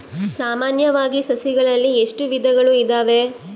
ಸಾಮಾನ್ಯವಾಗಿ ಸಸಿಗಳಲ್ಲಿ ಎಷ್ಟು ವಿಧಗಳು ಇದಾವೆ?